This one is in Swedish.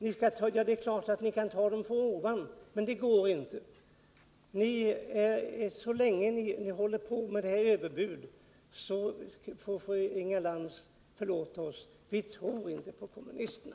Resurserna kanske skall tas från ovan, men det går inte. Inga Lantz får förlåta oss, men så länge kommunisterna kommer med dessa överbud, tror vi inte på kommunisterna.